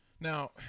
now